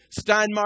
Steinmark